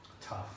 tough